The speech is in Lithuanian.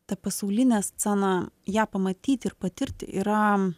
ta pasaulinė scena ją pamatyti ir patirti yra